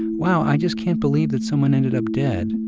wow, i just can't believe that someone ended up dead.